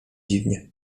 dziwnie